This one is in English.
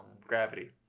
Gravity